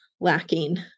lacking